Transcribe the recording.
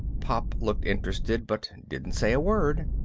pop looked interested but didn't say a word.